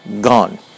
gone